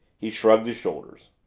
he shrugged his shoulders.